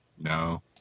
No